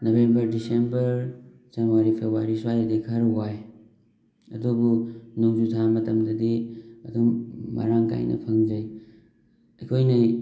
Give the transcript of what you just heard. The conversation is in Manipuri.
ꯅꯕꯦꯝꯕꯔ ꯗꯤꯁꯦꯝꯕꯔ ꯖꯅꯋꯥꯔꯤ ꯐꯦꯕꯋꯥꯔꯤ ꯁ꯭ꯋꯥꯏꯗꯗꯤ ꯈꯔ ꯋꯥꯏ ꯑꯗꯨꯕꯨ ꯅꯣꯡꯖꯨ ꯊꯥ ꯃꯇꯝꯗꯗꯤ ꯑꯗꯨꯝ ꯃꯔꯥꯡ ꯀꯥꯏꯅ ꯐꯪꯖꯩ ꯑꯩꯈꯣꯏꯅ